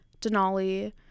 Denali